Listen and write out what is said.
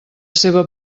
seva